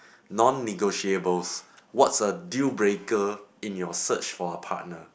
non negotiables what's a deal breaker in your search for a partner